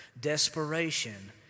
Desperation